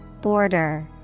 Border